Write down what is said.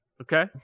Okay